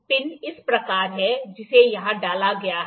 pin इस प्रकार है जिसे यहां डाला गया है